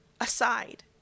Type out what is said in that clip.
aside